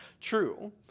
true